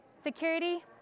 security